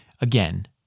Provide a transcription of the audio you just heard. Again